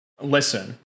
Listen